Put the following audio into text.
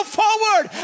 forward